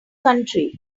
country